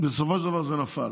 בסופו של דבר זה נפל.